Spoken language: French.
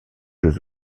jeux